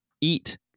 eat